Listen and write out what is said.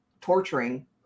torturing